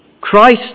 Christ